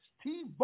Steve